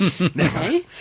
Okay